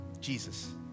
Jesus